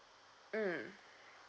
mm